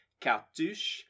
Cartouche